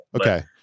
Okay